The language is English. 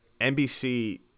NBC